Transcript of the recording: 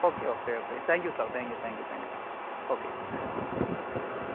okay okay okay thank you sir thank you thank you thank you okay thank you